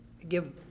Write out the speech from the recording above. Give